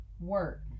work